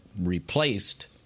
replaced